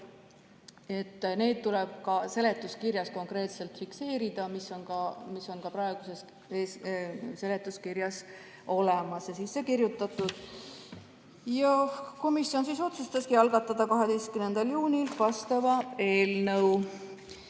tuleb seletuskirjas konkreetselt fikseerida. See on ka praeguses seletuskirjas olemas ja sinna sisse kirjutatud. Komisjon otsustaski algatada 12. juunil vastava eelnõu.